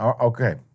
Okay